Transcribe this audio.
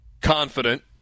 confident